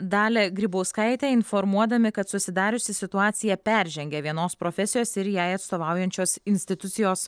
dalią grybauskaitę informuodami kad susidariusi situacija peržengia vienos profesijos ir jai atstovaujančios institucijos